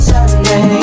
Sunday